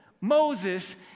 Moses